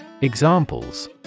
Examples